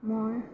মই